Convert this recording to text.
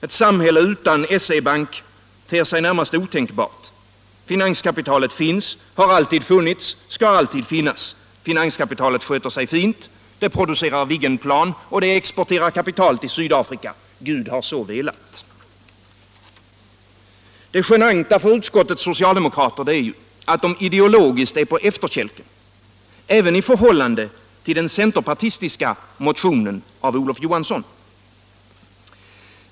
Ett samhälle utan SE-bank ter sig närmast otänkbart. Finanskapitalet finns, har alltid funnits, skall alltid finnas. Finanskapitalet sköter sig fint. Det producerar Viggenplan och exporterar pengar till Sydafrika. Gud har så velat. Det genanta för utskottets socialdemokrater är att de ideologiskt är på efterkälken — även i förhållande till den centerpartistiska motionen av Olof Johansson i Stockholm.